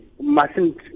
mustn't